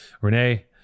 Renee